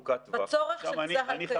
בצורך של צה"ל כעת.